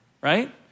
right